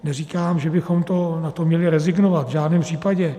Neříkám, že bychom na to měli rezignovat, v žádném případě.